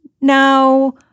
now